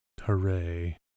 Hooray